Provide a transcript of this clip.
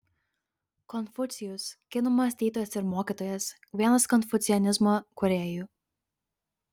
konfucijus kinų mąstytojas ir mokytojas vienas konfucianizmo kūrėjų